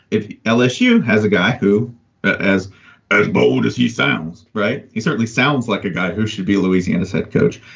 if lsu has a guy who but as as bold as he sounds right, he certainly sounds like a guy who should be louisiana's head coach.